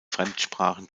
fremdsprachen